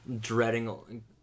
dreading